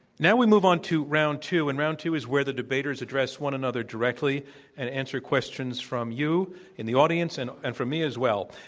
now we move on to round two. and round two is where the debaters address one another directly and answer questions from you in the audience and me and from me as well.